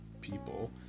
people